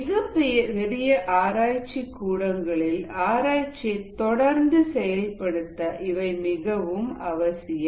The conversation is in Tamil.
மிகப் பெரிய ஆராய்ச்சி கூடங்களில் ஆராய்ச்சியை தொடர்ந்து செயல்படுத்த இவை மிகவும் அவசியம்